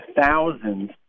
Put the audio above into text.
thousands